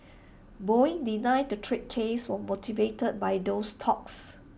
boeing denied the trade case was motivated by those talks